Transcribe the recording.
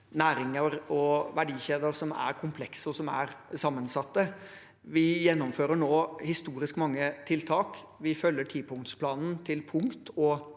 næringer og verdikjeder som er komplekse og sammensatte. Vi gjennomfører nå historisk mange tiltak. Vi følger tipunktsplanen til punkt og